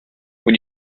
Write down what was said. when